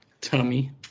Tummy